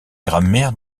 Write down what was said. grammaire